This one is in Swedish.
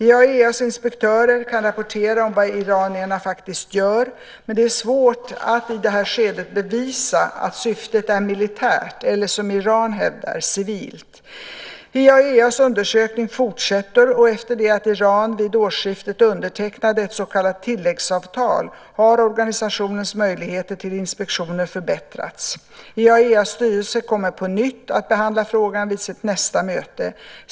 IAEA:s inspektörer kan rapportera om vad iranierna faktiskt gör, men det är svårt att, i det här skedet, bevisa att syftet är militärt eller, som Iran hävdar, civilt. IAEA:s undersökning fortsätter, och efter det att Iran vid årsskiftet undertecknade ett så kallat tilläggsavtal har organisationens möjligheter till inspektioner förbättrats. IAEA:s styrelse kommer på nytt att behandla frågan vid sitt nästa möte.